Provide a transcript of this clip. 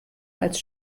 als